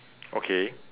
okay